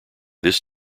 this